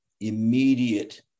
immediate